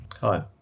Hi